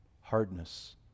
Hardness